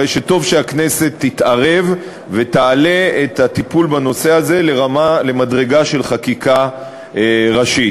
הרי טוב שהכנסת תתערב ותעלה את הטיפול בנושא הזה למדרגה של חקיקה ראשית.